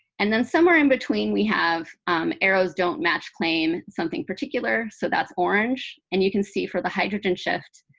and then somewhere in between, we have arrows don't match claim, something particular. so that's orange. and you can see for the hydrogen shift,